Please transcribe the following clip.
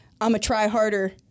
I'm-a-try-harder